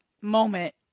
moment